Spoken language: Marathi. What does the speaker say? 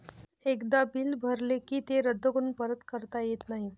एकदा बिल भरले की ते रद्द करून परत करता येत नाही